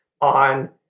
on